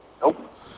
Nope